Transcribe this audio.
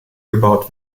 gebaut